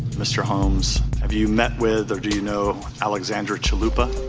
mr. holmes, have you met with or do you know alexandra chalupa?